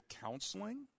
counseling